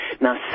Now